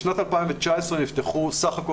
בשנת 2019, נפתחו בסך הכול